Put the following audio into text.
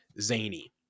zany